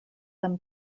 them